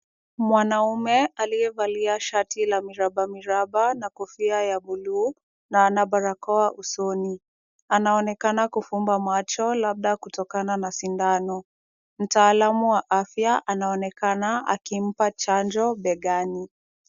Mwanaume aliyevalia shati la miraba miraba na kofia ya buluu na ana barakoa usoni, anaonekana kufumba macho labda kutokana na sindano. Mtaalamu wa afya anaonekana akimpa chanjo begani.